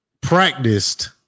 practiced